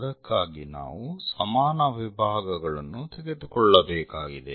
ಅದಕ್ಕಾಗಿ ನಾವು ಸಮಾನ ವಿಭಾಗಗಳನ್ನು ತೆಗೆದುಕೊಳ್ಳಬೇಕಾಗಿದೆ